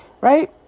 right